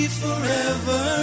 forever